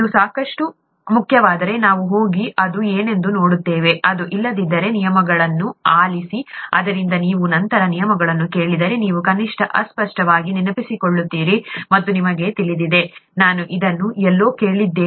ಅದು ಸಾಕಷ್ಟು ಮುಖ್ಯವಾದರೆ ನಾವು ಹೋಗಿ ಅದು ಏನೆಂದು ನೋಡುತ್ತೇವೆ ಅದು ಇಲ್ಲದಿದ್ದರೆ ನಿಯಮಗಳನ್ನು ಆಲಿಸಿ ಆದ್ದರಿಂದ ನೀವು ನಂತರ ನಿಯಮಗಳನ್ನು ಕೇಳಿದರೆ ನೀವು ಕನಿಷ್ಟ ಅಸ್ಪಷ್ಟವಾಗಿ ನೆನಪಿಸಿಕೊಳ್ಳುತ್ತೀರಿ ಮತ್ತು ನಿಮಗೆ ತಿಳಿದಿದೆ ನಾನು ಇದನ್ನು ಎಲ್ಲೋ ಕೇಳಿದ್ದೇನೆ